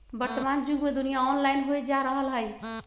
वर्तमान जुग में दुनिया ऑनलाइन होय जा रहल हइ